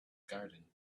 garden